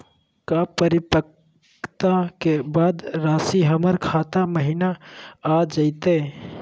का परिपक्वता के बाद रासी हमर खाता महिना आ जइतई?